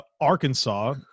Arkansas